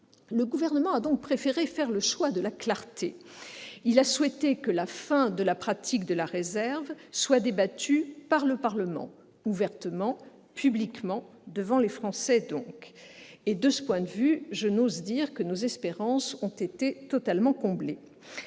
Le Gouvernement a donc préféré faire le choix de la clarté. Il a souhaité que la fin de la pratique de la réserve parlementaire soit débattue par le Parlement, ouvertement, publiquement, devant les Français. Et, de ce point de vue, je n'ose dire que nos espérances ont été totalement comblées